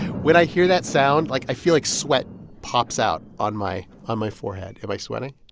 when i hear that sound, like, i feel like sweat pops out on my ah my forehead. am i sweating?